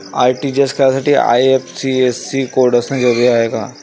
RTGS करासाठी IFSC code असनं जरुरीच हाय का?